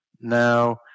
Now